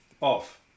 Off